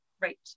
Right